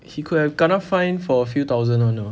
he could have kena fine for a few thousand [one] know